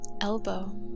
elbow